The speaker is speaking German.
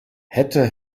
hätte